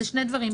אלה שני דברים.